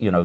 you know